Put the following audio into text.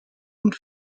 und